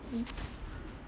mm